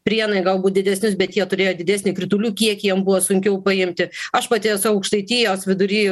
prienai galbūt didesnius bet jie turėjo didesnį kritulių kiekį jiem buvo sunkiau paimti aš pati esu aukštaitijos vidury